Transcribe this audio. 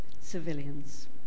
civilians